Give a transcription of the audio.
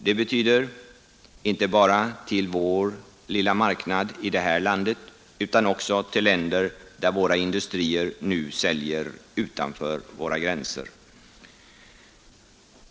Det betyder inte bara till vår lilla marknad i det här landet utan också till länder där våra industrier nu säljer utanför våra gränser.